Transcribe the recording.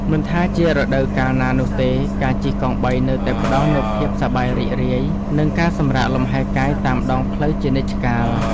មិនថាជារដូវកាលណានោះទេការជិះកង់បីនៅតែផ្តល់នូវភាពសប្បាយរីករាយនិងការសម្រាកលំហែកាយតាមដងផ្លូវជានិច្ចកាល។